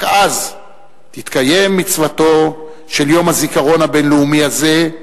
רק אז תתקיים מצוותו של יום הזיכרון הבין-לאומי הזה,